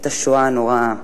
את השואה הנוראה.